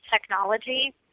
technology